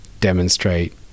demonstrate